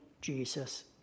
Jesus